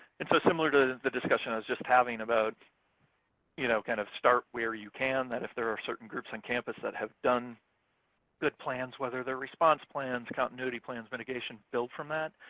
and so, similar to the discussion i was just having about you know kind of start where you can, that if there are certain groups on campus that have done good plans, whether they're response plans, continuity plans, mitigation, build from that.